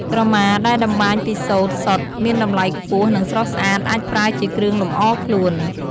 ក្រមាដែលតម្បាញពីសូត្រសុទ្ធមានតម្លៃខ្ពស់ និងស្រស់ស្អាត អាចប្រើជាគ្រឿងលម្អខ្លួន។